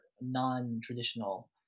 non-traditional